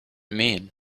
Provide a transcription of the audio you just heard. mean